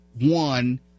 one